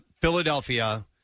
Philadelphia